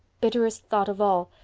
bitterest thought of all,